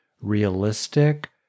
realistic